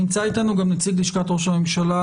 נמצא אתנו גם נציג לשכת ראש הממשלה.